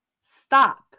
stop